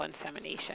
insemination